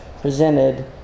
presented